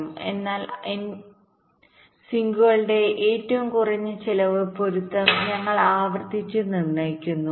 അതിനാൽ എൻ സിങ്കുകളുടെ ഏറ്റവും കുറഞ്ഞ ചെലവ് പൊരുത്തം ഞങ്ങൾ ആവർത്തിച്ച് നിർണ്ണയിക്കുന്നു